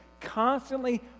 constantly